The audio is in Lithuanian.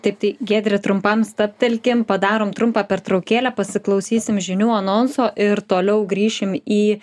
taip tai giedre trumpam stabtelkim padarom trumpą pertraukėlę pasiklausysim žinių anonso ir toliau grįšim į